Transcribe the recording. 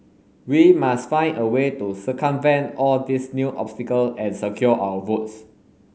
we must find a way to circumvent all these new obstacle and secure our votes